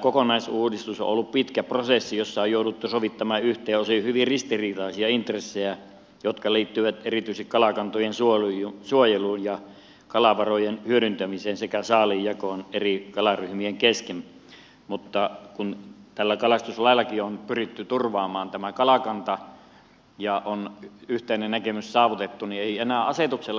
kokonaisuudistus on ollut pitkä prosessi jossa on jouduttu sovittamaan yhteen osin hyvin ristiriitaisia intressejä jotka liittyvät erityisesti kalakantojen suojeluun ja kalavarojen hyödyntämiseen sekä saaliin jakoon eri kalaryhmien kesken mutta kun tällä kalastuslaillakin on pyritty turvaamaan kalakanta ja on yhteinen näkemys saavutettu niin ei enää asetuksella kiristettäisi sitä